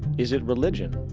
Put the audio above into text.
is it religion?